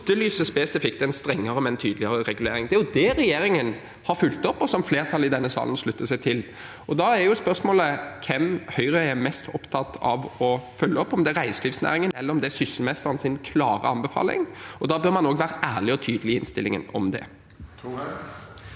etterlyser spesifikt en strengere, men tydeligere regulering. Det er jo det regjeringen har fulgt opp, og flertallet i denne salen slutter seg til. Da er spørsmålet hvem Høyre er mest opptatt av å følge opp – om det er reiselivsnæringen, eller om det er Sysselmesterens klare anbefaling. Da bør man også være ærlig og tydelig i innstillingen om det.